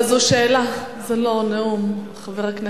אבל זו שאלה, זה לא נאום, חבר הכנסת.